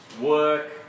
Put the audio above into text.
work